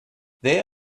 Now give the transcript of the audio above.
there